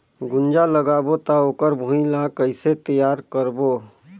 गुनजा लगाबो ता ओकर भुईं ला कइसे तियार करबो?